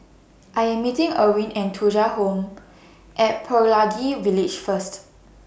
I Am meeting Erwin At Thuja Home At Pelangi Village First